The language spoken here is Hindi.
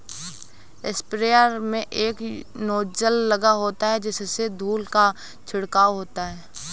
स्प्रेयर में एक नोजल लगा होता है जिससे धूल का छिड़काव होता है